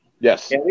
Yes